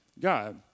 God